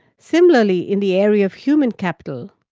similarly, in the area of human capital,